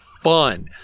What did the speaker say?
fun